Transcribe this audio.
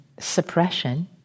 Suppression